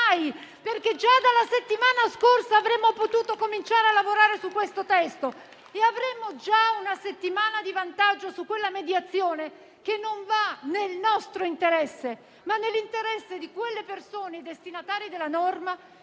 già dalla settimana scorsa avremmo potuto cominciare a lavorare su questo testo e avremmo già una settimana di vantaggio su quella mediazione che va non nel nostro interesse, ma nell'interesse di quelle persone, i destinatari della norma,